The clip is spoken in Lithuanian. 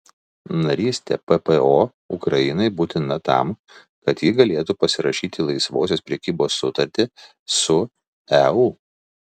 narystė ppo ukrainai būtina tam kad ji galėtų pasirašyti laisvosios prekybos sutartį su eu